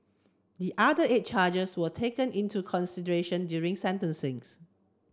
the other eight charges were taken into consideration during